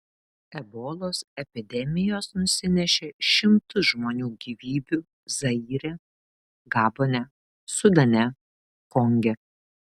ebolos epidemijos nusinešė šimtus žmonių gyvybių zaire gabone sudane konge